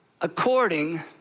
according